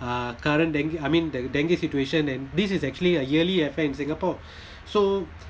uh current deng~ I mean the dengue situation and this is actually a yearly affair in singapore so